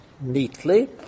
neatly